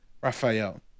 Raphael